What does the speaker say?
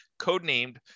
codenamed